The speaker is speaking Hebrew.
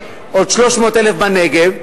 עוד 300,000 בנגב,